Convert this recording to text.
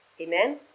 Amen